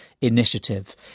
initiative